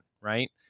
right